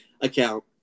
account